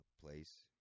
place